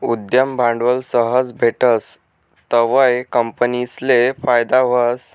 उद्यम भांडवल सहज भेटस तवंय कंपनीसले फायदा व्हस